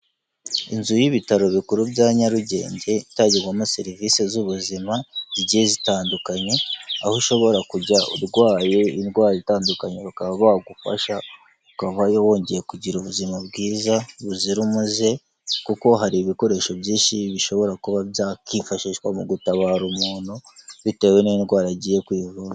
Inzu y'ibitaro bikuru bya nyarugenge itangirwamo serivisi z'ubuzima zigiye zitandukanye, aho ushobora kujya urwaye indwara itandukanye bakaba bagufasha ukavayo wongeye kugira ubuzima bwiza buzira umuze, kuko hari ibikoresho byinshi bishobora kuba byakifashishwa mu gutabara umuntu bitewe n'indwara agiye kuyivura.